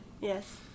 Yes